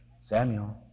Samuel